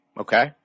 Okay